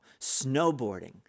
snowboarding